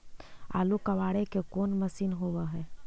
आलू कबाड़े के कोन मशिन होब है?